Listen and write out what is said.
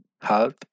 health